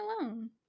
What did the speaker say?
alone